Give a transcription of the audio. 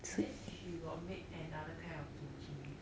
then she got make another kind of kimchi